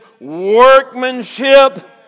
workmanship